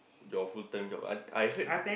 your full time job I I heard